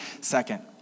second